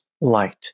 light